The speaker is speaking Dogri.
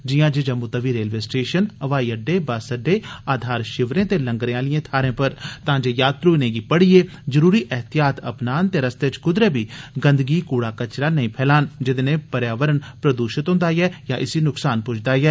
जियां जे जम्मू तवी रेलवे स्टेषन हवाई अड्डे बस अड्डे आधार षिविरें ते लंगरें आलिएं थारें पर तां जे यात्रु इनेंगी पढ़िए जरूरी एहतियात अपनान ते रस्ते च कुदरै बी गंदगी कूड़ा कचरा नेई फैलान जेदे नै पर्यावरण प्रदूशित होंदा ऐ या इसी नुकसान पुज्जदा ऐ